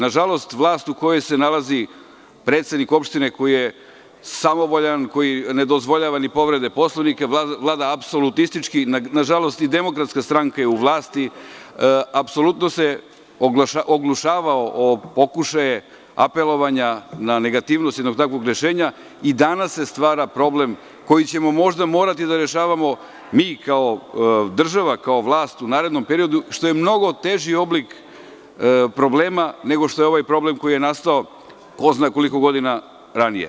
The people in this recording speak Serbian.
Nažalost, vlast u kojoj se nalazi predsednik opštine koji je samovoljan, koji ne dozvoljava ni povrede Poslovnika, vlada apsolutistički, i nažalost i Demokratska stranka je u vlasti, apsolutno se oglušavao o pokušaje apelovanja na negativnost jednog takvog rešenja i danas se stvara problem koji ćemo možda morati da rešavamo mi kao država, kao vlast, u narednom periodu, što je mnogo teži oblik problema nego što je ovaj problem koji je nastao ko zna koliko godina ranije.